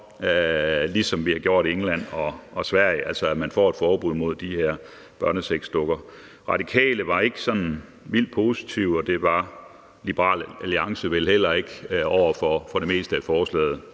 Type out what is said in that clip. ligesom i England og Sverige, altså at man får et forbud mod de her børnesexdukker. De Radikale var ikke sådan vildt positive, og Liberal Alliance var vel heller ikke det over for det meste af forslaget